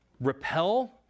repel